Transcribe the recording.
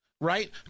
right